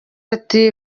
ati